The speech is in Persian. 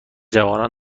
جوانان